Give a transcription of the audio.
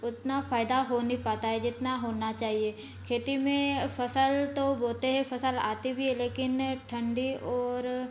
उतना फायदा हो नहीं पता हैं जितना होना चाहिए खेती में फसल तो बोते हैं फसल आते भी हैं लेकिन ठंडी और